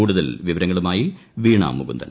കൂടുതൽ വിവരങ്ങളുമായി വീണ മുകുന്ദൻ